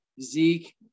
Zeke